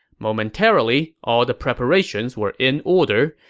momentarily, all the preparations were in order,